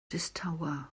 distawa